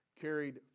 carried